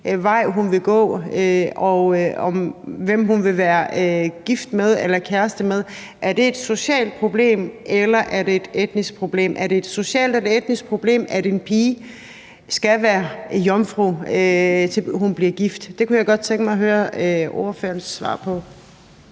vej hun vil gå, og hvem hun vil være gift med eller kæreste med. Er det et socialt problem? Eller er det et etnisk problem? Er det et socialt eller et etnisk problem, at en pige skal være jomfru, til hun bliver gift? Det kunne jeg godt tænke mig at høre ordførerens svar på.